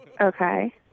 Okay